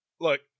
look